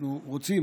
אנחנו רוצים,